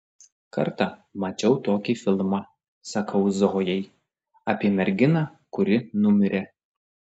kartą mačiau tokį filmą sakau zojai apie merginą kuri numirė